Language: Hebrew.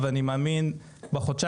תודה רבה הילה ותודה רבה לכולם.